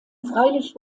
freilich